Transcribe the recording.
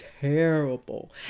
terrible